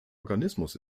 organismus